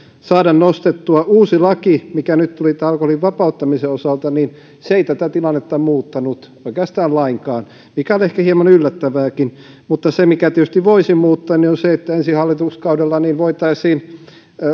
saada nostettua uusi laki mikä nyt tuli alkoholin vapauttamisen osalta ei tätä tilannetta muuttanut oikeastaan lainkaan mikä on ehkä hieman yllättävääkin mutta se mikä tietysti voisi muuttaa on se että ensi hallituskaudella voitaisiin